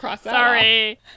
Sorry